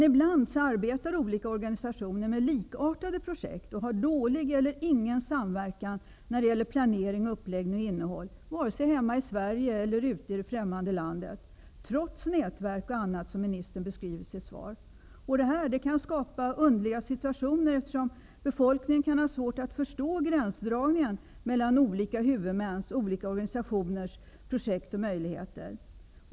Ibland arbetar olika organisationer med likartade projekt och har dålig eller ingen samverkan när det gäller planering, uppläggning och innehåll, vare sig hemma i Sverige eller ute i det främmande landet -- och detta trots nätverk och annat, som ministern beskriver i sitt svar. Det här kan skapa underliga situationer, eftersom befolkningen kan ha svårt att förstå gränsdragningen mellan olika huvudmäns, olika organisationers, projekt och möjligheter.